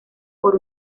por